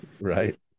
Right